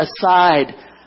aside